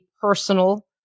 personal